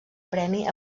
premi